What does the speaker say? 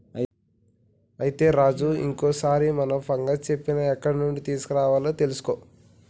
అయితే రాజు ఇంకో సారి మనం ఫంగస్ చేపని ఎక్కడ నుండి తీసుకురావాలో తెలుసుకో